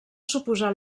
suposà